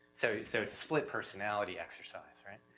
so, so it's a split-personality exercise, right?